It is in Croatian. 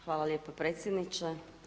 Hvala lijepo predsjedniče.